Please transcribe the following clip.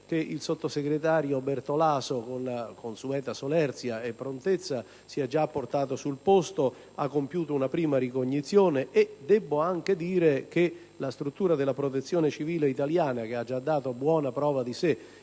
che il sottosegretario Bertolaso, con la consueta solerzia e prontezza, si è già portato sul posto e ha compiuto una prima ricognizione. Debbo anche dire che la struttura della Protezione civile italiana (che ha già dato buona prova di sé